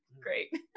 Great